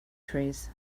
trees